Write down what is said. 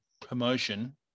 promotion